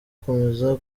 komeza